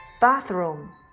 bathroom